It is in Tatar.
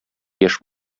яшь